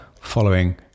following